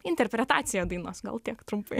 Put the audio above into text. interpretacija dainos gal tiek trumpai